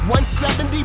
170